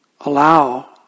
Allow